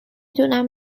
دونم